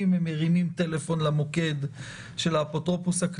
מי שנמצא איתנו באמצעות הזום ברוך גם הוא.